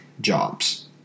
jobs